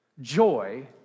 joy